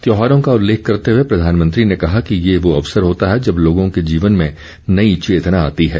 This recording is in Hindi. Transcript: त्योहारों का उल्लेख करते हुए प्रधानमंत्री ने कहा कि यह वो अवसर होता है जब लोगों के जीवन में नई चेतना आती है